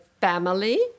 family